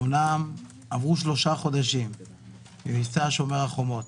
אמנם עברו שלושה חודשים ממבצע שומר החומות